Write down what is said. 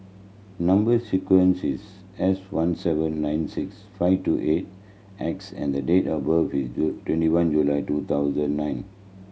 number sequence is S one seven nine six five two eight X and the date of birth is twenty one July two thousand nine